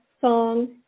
song